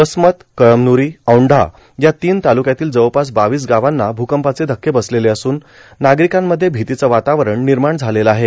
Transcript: वसमत कळमन्रो औंढा या तीन तालुक्यातील जवळपास बावीस गाना भूकंपाचे धक्के बसलेले असून नार्गारकांमध्ये भीतीचे वातावरण र्मनमाण झालेल आहे